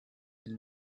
the